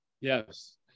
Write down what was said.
Yes